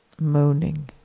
moaning